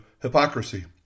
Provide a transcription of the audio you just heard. hypocrisy